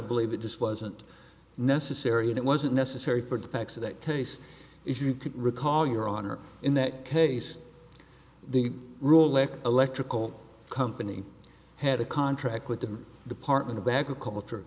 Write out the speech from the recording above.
believe it just wasn't necessary and it wasn't necessary for the facts of that case if you can recall your honor in that case the ruling electrical company had a contract with the department of agriculture